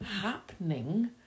happening